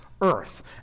earth